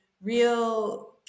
real